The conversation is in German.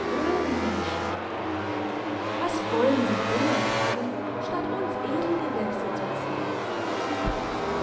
höhenmenschen was wollen sie dünger karren statt uns edelgewächse zu ziehen